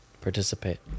participate